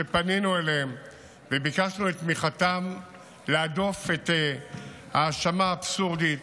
שפנינו אליהן וביקשנו את תמיכתן להדוף את ההאשמה האבסורדית